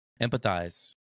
empathize